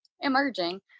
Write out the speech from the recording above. emerging